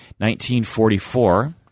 1944